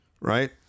right